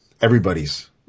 everybody's